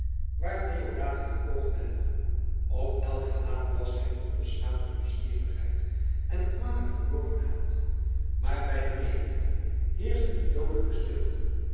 waar deodaat het oog wendde op elk gelaat las hij onbeschaamde nieuwsgierigheid en kwalijk verborgen haat maar bij de menigte heerschte die doodelijke stilte